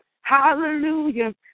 Hallelujah